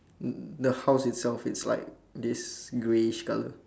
um the house itself it's like this grayish colour